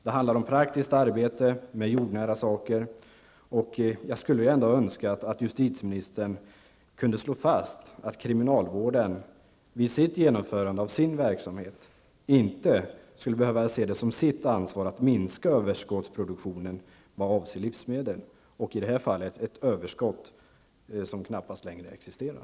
Det handlar om praktiskt arbete med jordnära saker. Jag skulle ändå önska att justitieministern kunde slå fast att kriminalvården vid genomförandet av sin verksamhet inte skall behöva se det som sitt ansvar att minska överskottsproduktionen av livsmedel -- i detta fall desstom ett överskott som knappast längre existerar.